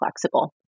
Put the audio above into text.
flexible